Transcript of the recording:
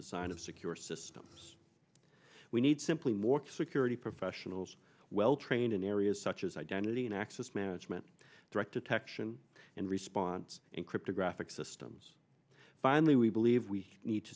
design of secure systems we need simply more security professionals well trained in areas such as identity and access management director tech ssion in response and cryptographic systems finally we believe we need to